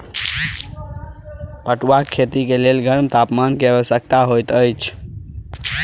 पटुआक खेती के लेल गर्म तापमान के आवश्यकता होइत अछि